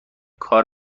کار